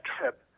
trip